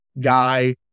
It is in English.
guy